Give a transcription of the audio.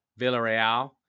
Villarreal